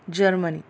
Germany